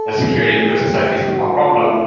ah security and personal safety is not my problem,